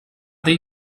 dei